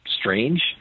strange